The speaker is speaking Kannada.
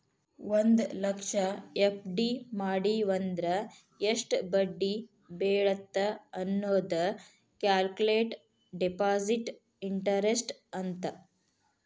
ಒಂದ್ ಲಕ್ಷ ಎಫ್.ಡಿ ಮಡಿವಂದ್ರ ಎಷ್ಟ್ ಬಡ್ಡಿ ಬೇಳತ್ತ ಅನ್ನೋದ ಕ್ಯಾಲ್ಕುಲೆಟ್ ಡೆಪಾಸಿಟ್ ಇಂಟರೆಸ್ಟ್ ಅಂತ